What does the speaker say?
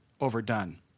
overdone